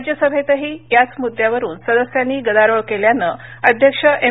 राज्यसभेतही याचं मुद्द्यांवरून सदस्यांनी गदारोळ केल्यानं अध्यक्ष एम